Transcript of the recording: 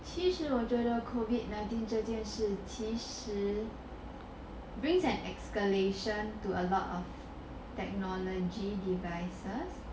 其实我觉得 COVID nineteen 这件事其实 brings an escalation to a lot of technology devices